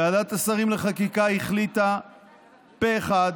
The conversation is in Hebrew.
ועדת השרים לחקיקה החליטה פה אחד